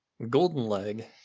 Goldenleg